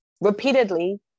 repeatedly